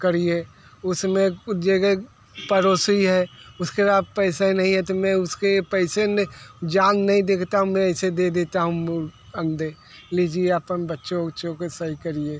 करिए उसमें जे पड़ोसी है उसके पा पैसे नहीं है तो मैं उसके पैसे न जान नहीं देखता मैं ऐसे दे दता हूँ मुर अंडे लीजिए अपन बच्चों उच्चों के सही करिए